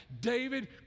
David